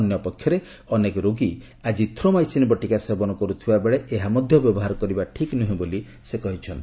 ଅନ୍ୟ ପକ୍ଷରେ ଅନେକ ରୋଗୀ ଆଜିଥ୍ରୋମାଇସିନ୍ ବଟିକା ସେବନ କରୁଥିବା ବେଳେ ଏହା ମଧ୍ୟ ବ୍ୟବହାର କରିବା ଠିକ୍ ନୁହେଁ ବୋଲି ସେ କହିଛନ୍ତି